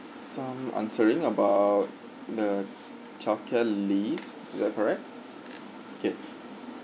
some answering about the childcare leaves is that correct okay